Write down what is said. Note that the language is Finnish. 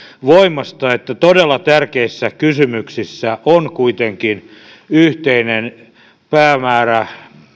voimasta että todella tärkeissä kysymyksissä on kuitenkin yhteinen päämäärä